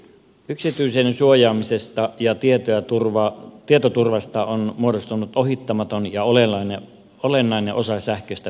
yksityisyyden suojaamisesta ja tietoturvasta on muodostunut ohittamaton ja olennainen osa sähköistä viestintää